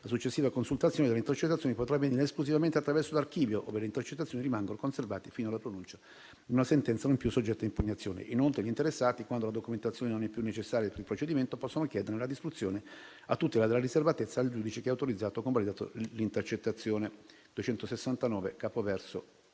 la successiva consultazione delle intercettazioni potrebbe venire esclusivamente attraverso l'archivio, ove le intercettazioni rimangono conservate fino alla pronuncia di una sentenza non più soggetta a impugnazione. Inoltre gli interessati, quando la documentazione non è più necessaria per il procedimento, possono chiederne la distruzione, a tutela della riservatezza, al giudice che ha autorizzato e convalidato l'intercettazione (capoverso